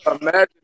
imagine